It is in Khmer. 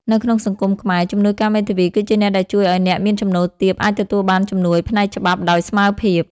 នៅក្នុងសង្គមខ្មែរ ជំនួយការមេធាវីគឺជាអ្នកដែលជួយឱ្យអ្នកមានចំណូលទាបអាចទទួលបានជំនួយផ្នែកច្បាប់ដោយស្មើភាព។